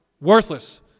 worthless